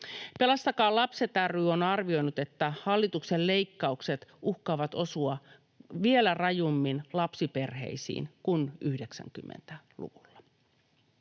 Pelastakaa Lapset ry on arvioinut, että hallituksen leikkaukset uhkaavat osua vielä rajummin lapsiperheisiin kuin 90-luvulla.